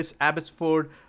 Abbotsford